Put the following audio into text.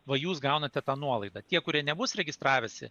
va jūs gaunate tą nuolaidą tie kurie nebus registravęsi